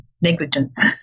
Negligence